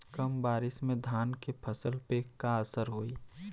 कम बारिश में धान के फसल पे का असर होई?